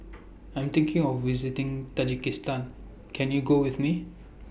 I Am thinking of visiting Tajikistan Can YOU Go with Me